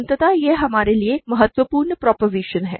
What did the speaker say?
अत यह हमारे लिए एक महत्वपूर्ण प्रोपोज़िशन है